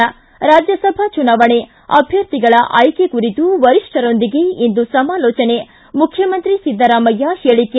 ಿ ರಾಜ್ಯಸಭಾ ಚುನಾವಣೆ ಅಭ್ವರ್ಥಿಗಳ ಆಯ್ಕೆ ಕುರಿತು ವರಿಷ್ಠರೊಂದಿಗೆ ಇಂದು ಸಮಾಲೋಚನೆ ಮುಖ್ಚಮಂತ್ರಿ ಸಿದ್ದರಾಮಯ್ಯ ಹೇಳಿಕೆ